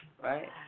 Right